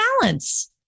balance